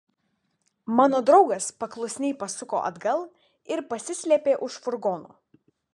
mano draugas paklusniai pasuko atgal ir pasislėpė už furgono